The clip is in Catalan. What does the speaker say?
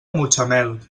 mutxamel